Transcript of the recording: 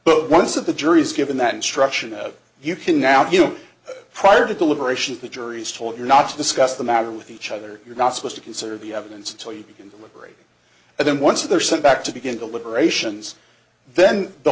but once of the jury is given that instruction of you can now get prior to deliberations the jury has told you not to discuss the matter with each other you're not supposed to consider the evidence until you can deliberate and then once they're sent back to begin deliberations then the